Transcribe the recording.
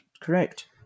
correct